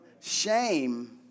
shame